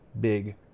big